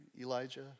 Elijah